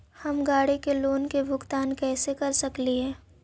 हम गाड़ी के लोन के भुगतान कैसे कर सकली हे?